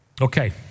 Okay